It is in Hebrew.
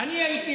אז אני אגיד לך.